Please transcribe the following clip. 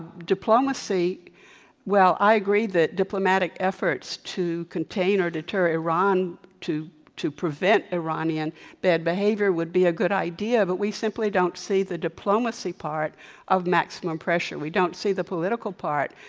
diplomacy well, i agree that diplomatic efforts to contain or deter iran to to prevent iranian bad behavior would be a good idea, but we simply don't see the diplomacy part of maximum pressure. we don't see the political part.